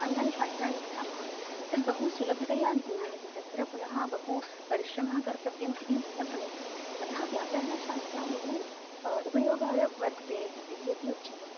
अन्यानि शास्त्राणि पठामः तद् बहू सुलभतया ज्ञायते तत्र पुनः बहु परिश्रमः कर्तव्यः इति न भवति अतः व्याकरणशास्त्रं बहु उपयोगाय वर्तते इति अपि उच्यते